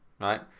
right